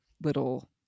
little